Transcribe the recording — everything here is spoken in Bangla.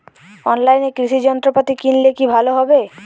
অনলাইনে কৃষি যন্ত্রপাতি কিনলে কি ভালো হবে?